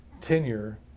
tenure